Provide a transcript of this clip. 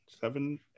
seven